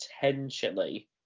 potentially